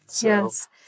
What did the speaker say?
Yes